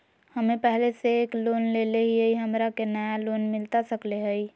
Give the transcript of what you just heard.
हमे पहले से एक लोन लेले हियई, हमरा के नया लोन मिलता सकले हई?